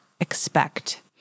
expect